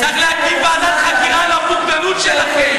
צריך להקים ועדת חקירה על הבוגדנות שלכם.